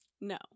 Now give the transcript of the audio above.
No